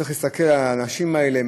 צריך להסתכל על האנשים האלה,